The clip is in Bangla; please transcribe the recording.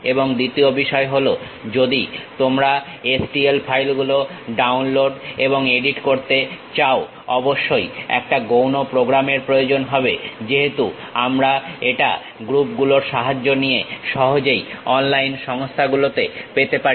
এবং দ্বিতীয় বিষয় হলো যদি তোমরা STL ফাইলগুলো ডাউনলোড এবং এডিট করতে চাও অবশ্যই একটা গৌণ প্রোগ্রাম এর প্রয়োজন হবে যেহেতু এটা আমরা গ্রুপগুলোর সাহায্য নিয়ে সহজেই অনলাইন সংস্থান গুলোতে পেতে পারি